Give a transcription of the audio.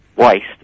waste